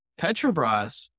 Petrobras